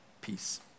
peace